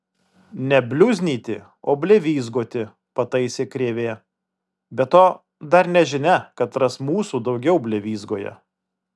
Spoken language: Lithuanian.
ne bliuznyti o blevyzgoti pataise krėvė be to dar nežinia katras mūsų daugiau blevyzgoja